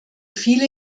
viele